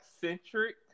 centric